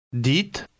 Dites